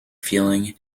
feeling